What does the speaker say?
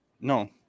No